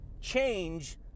change